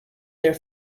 their